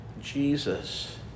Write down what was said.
Jesus